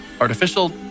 Artificial